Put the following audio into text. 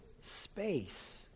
space